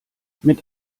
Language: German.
mit